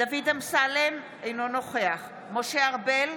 דוד אמסלם, אינו נוכח משה ארבל,